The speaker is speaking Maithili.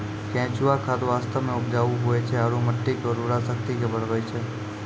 केंचुआ खाद वास्तव मे उपजाऊ हुवै छै आरू मट्टी के उर्वरा शक्ति के बढ़बै छै